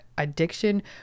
addiction